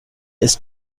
ist